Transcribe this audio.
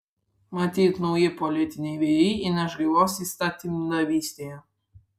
matyt nauji politiniai vėjai įneš gaivos įstatymdavystėje